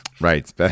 Right